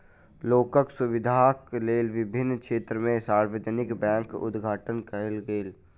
लोकक सुविधाक लेल विभिन्न क्षेत्र में सार्वजानिक बैंकक उद्घाटन कयल गेल